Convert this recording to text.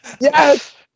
Yes